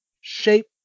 shape